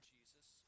Jesus